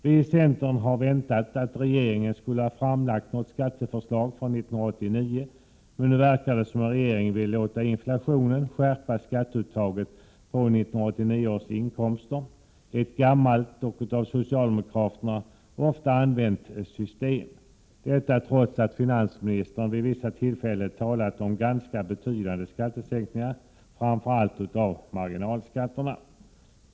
Vi i centern hade väntat oss att regeringen skulle framlägga något skatteförslag för 1989, men nu verkar det som om regeringen vill låta inflationen skärpa skatteuttaget på 1989 års inkomster — ett gammalt och av socialdemokraterna ofta använt system — och detta trots att finansministern vid vissa tillfällen talat om ganska betydande skattesänkningar, framför allt av marginalskatterna.